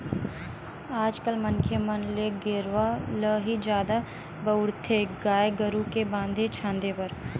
आज कल मनखे मन ल गेरवा ल ही जादा बउरथे गाय गरु के बांधे छांदे बर